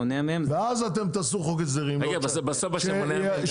ואז אתם תעשו חוק הסדרים שבעוד שנתיים